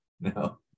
No